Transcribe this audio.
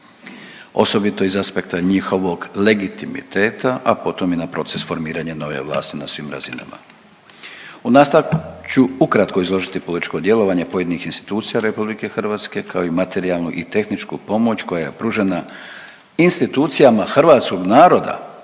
osobito iz aspekta njihovog legitimiteta, a potom i na proces formiranja nove vlasti na svim razinama. U nastavku ću ukratko izložiti političko djelovanje pojedinih institucija RH, kao i materijalnu i tehničku pomoć koja je pružena institucijama hrvatskog naroda,